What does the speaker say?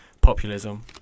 populism